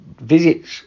visits